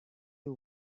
you